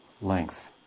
length